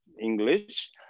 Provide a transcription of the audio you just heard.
English